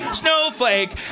snowflake